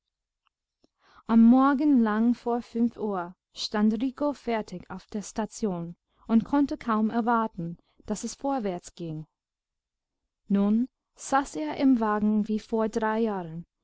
am morgen lang vor fünf uhr stand rico fertig auf der station und konnte kaum erwarten daß es vorwärts ging nun saß er im wagen wie vor drei jahren